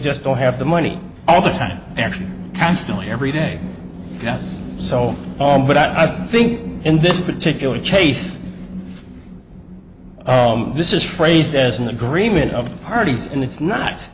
just don't have the money all the time actually constantly every day yes so but i think in this particular chase this is phrased as an agreement of the parties and it's not